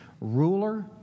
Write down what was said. ruler